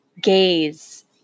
gaze